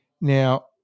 Now